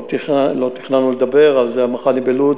לא תכננו לדבר על זה, אבל מחר אני בלוד.